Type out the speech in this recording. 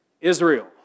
Israel